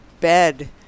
bed